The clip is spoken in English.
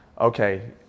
okay